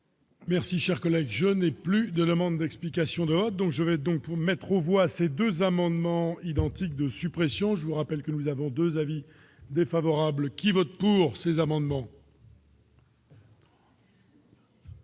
Merci, chers collègues, je n'ai plus de demandes d'explications de la donc je vais donc pour mettre aux voix, ces 2 amendements identiques de suppression, je vous rappelle que nous avons 2 avis défavorables qui votent pour ces amendements.